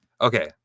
Okay